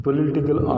Political